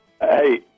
Hey